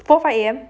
four five A_M